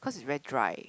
cause it's very dry